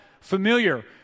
familiar